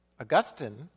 Augustine